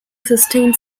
sustained